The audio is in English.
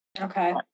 okay